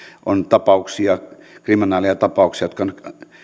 on tapauksia kriminaaleja tapauksia jotka ovat